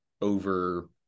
over